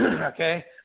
okay